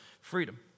freedom